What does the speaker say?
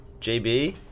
JB